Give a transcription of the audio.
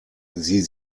sie